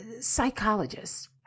psychologists